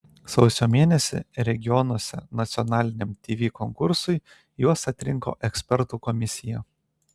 sausio mėnesį regionuose nacionaliniam tv konkursui juos atrinko ekspertų komisija